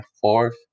fourth